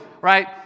right